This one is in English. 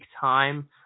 time